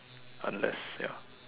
unless ya